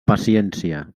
paciència